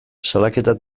salaketa